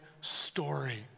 story